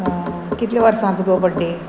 आं कितले वर्सांचो गो बड्डे